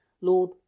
Lord